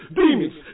demons